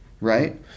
right